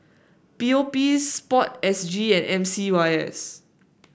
P O P sport S G and M C Y S